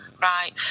right